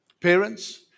parents